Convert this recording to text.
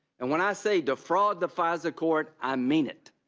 and when i say defraud the fisa court, i mean it.